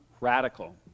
radical